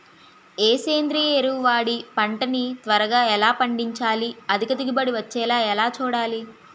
ఏ సేంద్రీయ ఎరువు వాడి పంట ని త్వరగా ఎలా పండించాలి? అధిక దిగుబడి వచ్చేలా ఎలా చూడాలి?